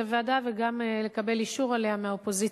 הוועדה וגם לקבל אישור עליה מהאופוזיציה.